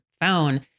phone